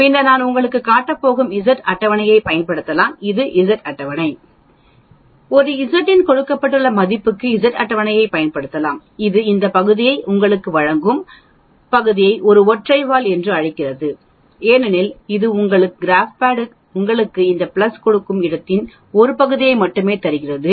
பின்னர் நான் உங்களுக்குக் காட்டப் போகும் இசட் அட்டவணையைப் பயன்படுத்தலாம் இது ஒரு z அட்டவணை ஒரு Z இன் கொடுக்கப்பட்ட மதிப்புக்கு Z அட்டவணையைப் பயன்படுத்தலாம் இது இந்த பகுதியை உங்களுக்கு வழங்கும் பகுதியை இது ஒற்றை வால் என்று அழைக்கிறது ஏனெனில் இது உங்கள் கிராப்பேட் உங்களுக்கு இந்த பிளஸ் கொடுக்கும் இடத்தின் ஒரு பகுதியை மட்டுமே தருகிறது